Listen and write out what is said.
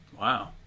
wow